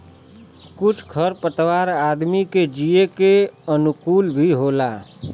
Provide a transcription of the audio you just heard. कुछ खर पतवार आदमी के जिये के अनुकूल भी होला